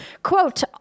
Quote